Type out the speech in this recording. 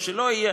או שלא יהיה,